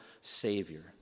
savior